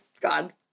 God